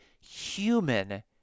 human